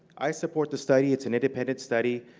i support this study. it's an independent study.